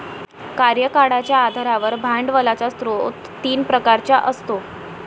कार्यकाळाच्या आधारावर भांडवलाचा स्रोत तीन प्रकारचा असतो